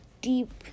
deep